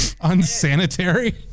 unsanitary